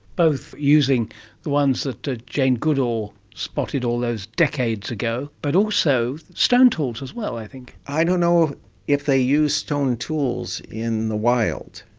both using the ones that ah jane goodall spotted all those decades ago, but also stone tools as well i think. i don't know if they use stone tools in the wild,